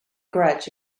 grudge